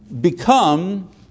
become